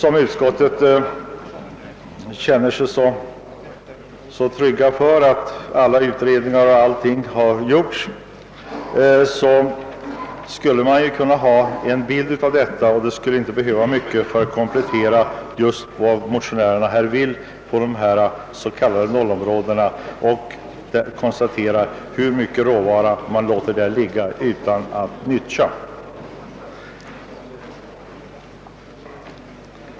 Om utskottet är så förvissat om att alla utredningar och åtgärder i övrigt genomförts, borde det ju ha en klar bild av situationen. Det skulle inte behövas mycket för att komplettera den i enlighet med motionärernas önskemål beträffande dessa s.k. noll-områden, d.v.s. genom att konstatera hur mycket råvaror som man där låter ligga utan att bli nyttiggjorda.